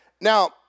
Now